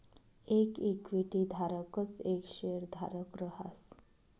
येक इक्विटी धारकच येक शेयरधारक रहास